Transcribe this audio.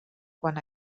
quan